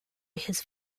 his